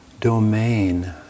domain